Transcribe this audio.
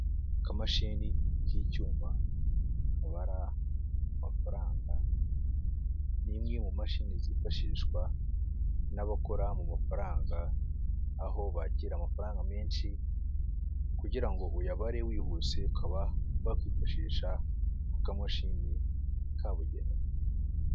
Akamashini k'icyuma kabara amafaranga, ni imwe mu mashini zifashishwa n'abakora mu mafaranga aho bakira amafaranga menshi, kugira ngo uyabare wihuse, ukaba wakwifashisha ako kamashini kabugenewe.